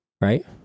right